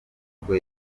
nibwo